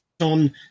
on